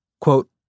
Quote